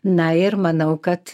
na ir manau kad